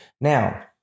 Now